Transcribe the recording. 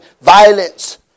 violence